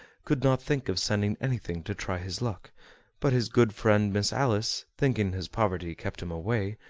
could not think of sending anything to try his luck but his good friend miss alice, thinking his poverty kept him away,